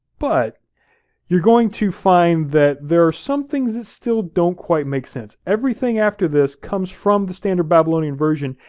but you're going to find that there are some things that still don't quite make sense. everything after this comes from the standard babylonian version,